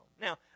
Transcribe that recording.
now